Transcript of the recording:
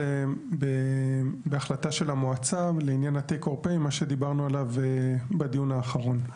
זה בהחלטה של המועצה לעניין הטק --- מה שדיברנו עליו בדיון האחרון,